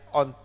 on